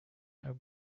are